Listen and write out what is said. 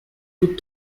toutes